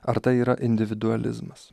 ar tai yra individualizmas